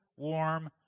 warm